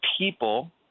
people